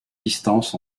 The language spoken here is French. distance